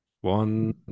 One